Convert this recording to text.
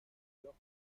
york